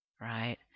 Right